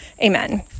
Amen